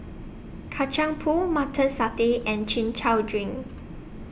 Kacang Pool Mutton Satay and Chin Chow Drink